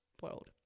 world